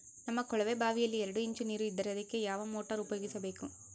ನಮ್ಮ ಕೊಳವೆಬಾವಿಯಲ್ಲಿ ಎರಡು ಇಂಚು ನೇರು ಇದ್ದರೆ ಅದಕ್ಕೆ ಯಾವ ಮೋಟಾರ್ ಉಪಯೋಗಿಸಬೇಕು?